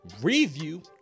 review